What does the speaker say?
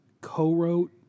co-wrote